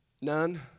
None